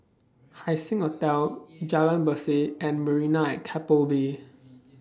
Haising Hotel Jalan Berseh and Marina At Keppel Bay